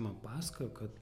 man pasakojo kad